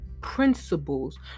principles